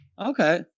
Okay